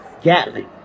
Gatling